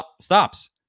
stops